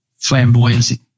flamboyancy